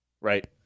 Right